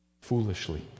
foolishly